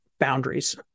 boundaries